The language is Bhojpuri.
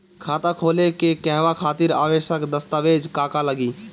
खाता खोले के कहवा खातिर आवश्यक दस्तावेज का का लगी?